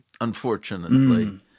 unfortunately